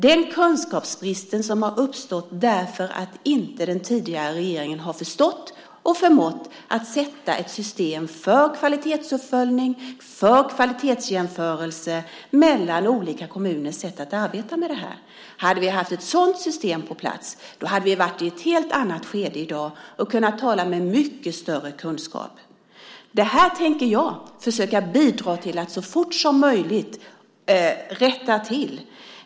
Den kunskapsbristen har uppstått därför att den tidigare regeringen inte har förstått och förmått att sätta upp ett system för kvalitetsuppföljning och kvalitetsjämförelse mellan olika kommuners sätt att arbeta med det här. Hade vi haft ett sådant system på plats hade vi varit i ett helt annat skede i dag och kunnat tala med mycket större kunskap. Jag tänker försöka bidra till att så fort som möjligt rätta till detta.